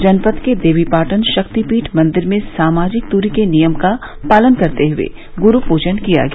जनपद के देवीपाटन शक्तिपीठ मंदिर में सामाजिक दूरी के नियम का पालन करते हुए गुरु पूजन किया गया